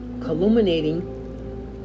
culminating